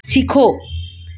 सीखो